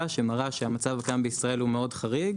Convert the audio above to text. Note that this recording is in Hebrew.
שמראה שהמצב הקיים בישראל הוא מאוד חריג,